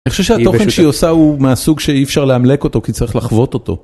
‫אני חושב שהתוכן שהיא עושה הוא מהסוג ‫שאי אפשר לאמלק אותו כי צריך לחוות אותו.